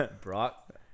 brock